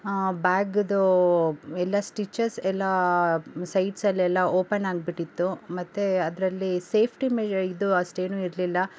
ಬ್ಯಾಗ್ದು ಎಲ್ಲ ಸ್ಟಿಚಸ್ ಎಲ್ಲ ಸೈಡ್ಸಲ್ಲೆಲ್ಲಾ ಓಪನ್ ಆಗಿಬಿಟ್ಟಿತ್ತು ಮತ್ತು ಅದರಲ್ಲಿ ಸೇಫ್ಟಿ ಇದು ಅಷ್ಟೇನೂ ಇರಲಿಲ್ಲ